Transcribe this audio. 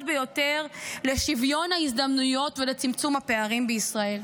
ביותר לשוויון ההזדמנויות ולצמצום הפערים בישראל.